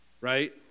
right